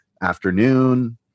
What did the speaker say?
afternoon